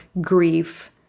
grief